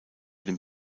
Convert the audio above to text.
den